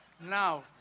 Now